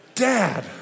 Dad